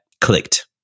clicked